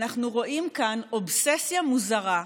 אנחנו רואים כאן אובססיה מוזרה,